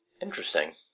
Interesting